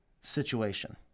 situation